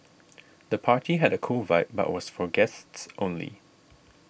the party had a cool vibe but was for guests only